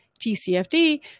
TCFD